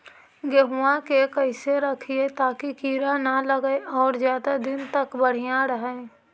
गेहुआ के कैसे रखिये ताकी कीड़ा न लगै और ज्यादा दिन तक बढ़िया रहै?